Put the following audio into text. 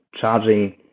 charging